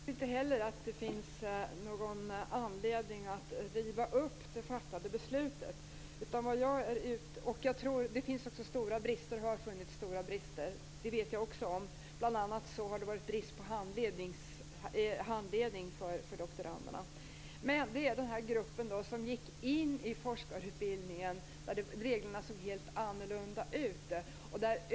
Fru talman! Jag tror inte heller att det finns någon anledning att riva upp det fattade beslutet. Att det finns och har funnits stora brister vet jag också om. Bl.a. har det varit brist på handledning för doktoranderna. Men vad jag talar om är den grupp som gick in i forskarutbildningen när reglerna såg helt annorlunda ut.